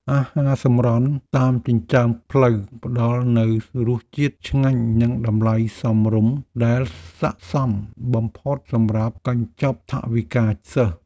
អាហារសម្រន់តាមចិញ្ចើមផ្លូវផ្តល់នូវរសជាតិឆ្ងាញ់និងតម្លៃសមរម្យដែលស័ក្តិសមបំផុតសម្រាប់កញ្ចប់ថវិកាសិស្ស។